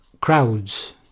crowds